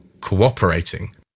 cooperating